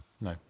no